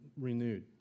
renewed